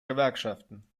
gewerkschaften